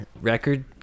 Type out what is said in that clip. record